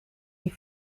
die